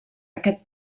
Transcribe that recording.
aquest